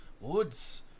woods